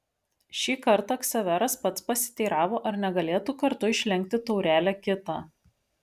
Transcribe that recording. šį kartą ksaveras pats pasiteiravo ar negalėtų kartu išlenkti taurelę kitą